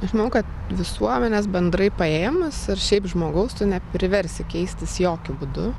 žinau kad visuomenės bendrai paėmus ir šiaip žmogaus tu nepriversi keistis jokiu būdu